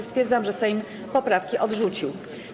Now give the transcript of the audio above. Stwierdzam, że Sejm poprawki odrzucił.